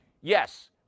Yes